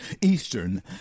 Eastern